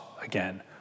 again